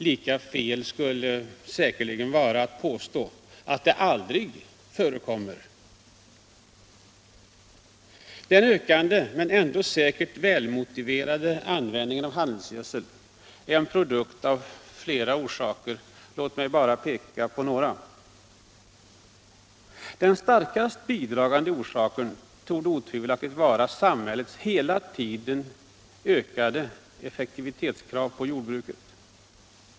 Lika fel skulle det säkerligen vara att påstå att det aldrig förekommer. Den ökande, men ändå säkert välmotiverade, användningen av handelsgödsel är en produkt av flera orsaker. Låt mig bara peka på några. Den starkast bidragande orsaken torde otvivelaktigt vara samhällets hela tiden ökade effektivitetskrav på jordbruket.